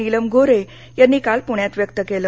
नीलम गोऱ्हे यांनी काल पुण्यात व्यक्त केले